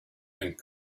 and